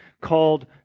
called